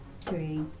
three